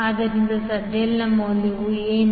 ಆದ್ದರಿಂದ ZL ನ ಮೌಲ್ಯ ಏನು